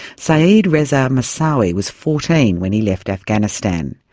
sayed reza moosawi was fourteen when he left afghanistan.